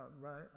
right